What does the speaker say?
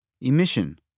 Emission